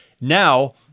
now